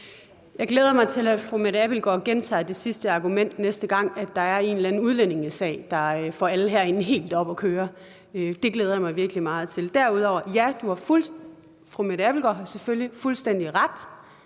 Jeg glæder mig til, når fru Mette Abildgaard gentager det sidste argument, næste gang der er en eller anden udlændingesag, der får alle herinde helt op at køre. Det glæder jeg mig virkelig meget til. Ja, fru Mette